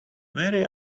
very